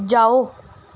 ਜਾਓ